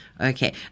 Okay